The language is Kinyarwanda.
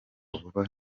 vuba